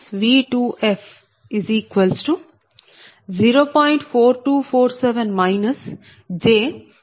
1125 p